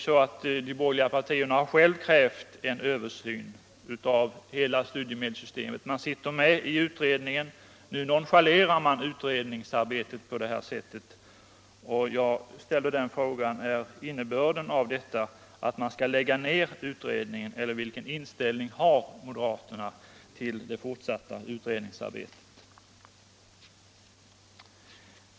De borgerliga partierna har ju själva krävt en översyn av hela studiemedelssystemet. Man sitter med i utredningen. Nu nonchalerar man utredningsarbetet på detta sätt. Jag ställer frågan: Är innebörden i detta att utredningen skall läggas ned, eller vilken inställning har moderaterna till det fortsatta utredningsarbetet?